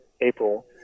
April